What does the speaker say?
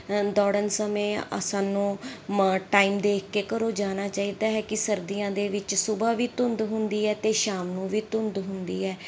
ਅ ਦੌੜਨ ਸਮੇਂ ਅਸਾਨੂੰ ਮ ਟਾਈਮ ਦੇਖ ਕੇ ਘਰੋਂ ਜਾਣਾ ਚਾਹੀਦਾ ਹੈ ਕਿ ਸਰਦੀਆਂ ਦੇ ਵਿੱਚ ਸੁਬਹਾ ਵੀ ਧੁੰਦ ਹੁੰਦੀ ਹੈ ਅਤੇ ਸ਼ਾਮ ਨੂੰ ਵੀ ਧੁੰਦ ਹੁੰਦੀ ਹੈ